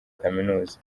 kaminuza